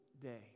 day